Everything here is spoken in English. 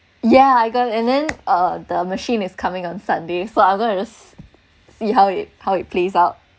ya I got it and then uh the machine is coming on sunday so I gonna see how it how it plays out